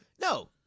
No